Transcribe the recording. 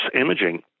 imaging